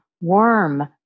Worm